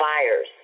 fires